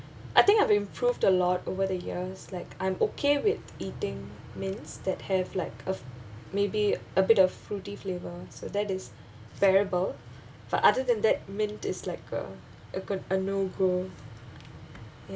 I think I've improved a lot over the years like I'm okay with eating mints that have like a maybe a bit of fruity flavor so that is bearable for other than that mint is like a go a no go